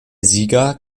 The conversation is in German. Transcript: sieger